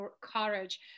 courage